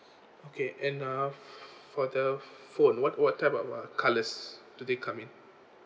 okay and uh for the phone what what type of colours do they come in